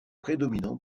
prédominant